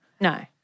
No